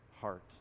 heart